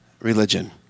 religion